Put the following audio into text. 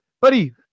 buddy